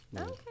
Okay